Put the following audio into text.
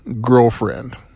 girlfriend